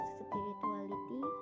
spirituality